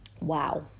wow